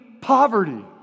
poverty